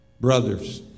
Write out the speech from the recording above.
Brothers